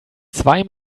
zwei